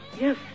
Yes